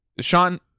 Sean